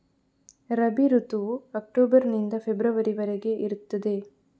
ರಬಿ ಋತುವು ಅಕ್ಟೋಬರ್ ನಿಂದ ಫೆಬ್ರವರಿ ವರೆಗೆ ಇರ್ತದೆ